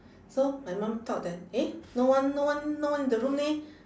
so my mum thought that eh no one no one no one in the room leh